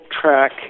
track